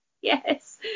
Yes